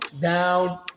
down